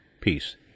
peace